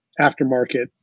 aftermarket